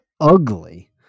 ugly